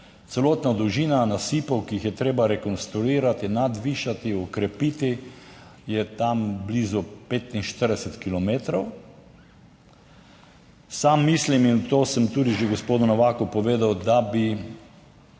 Celotna dolžina nasipov, ki jih je treba rekonstruirati, nadvišati, okrepiti, je tam blizu 45 kilometrov. Sam mislim, in to sem tudi že gospodu Novaku povedal, da bi